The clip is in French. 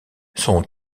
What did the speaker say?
son